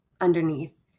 underneath